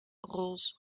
rolls